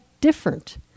different